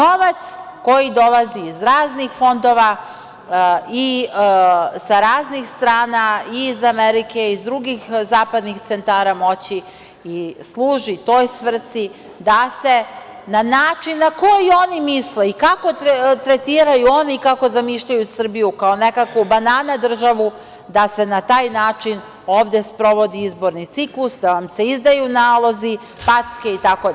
To je novac koji dolazi iz raznih fondova i sa raznih strana, iz Amerike i iz drugih zapadnih cenatara moći i služi toj svrsi da se na način na koji oni misle i kako oni tretiraju i zamišljaju Srbiju kao nekakvu banana državu, da se na taj način ovde sprovodi izborni ciklus, da vam se izdaju nalozi, packe itd.